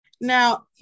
Now